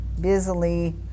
busily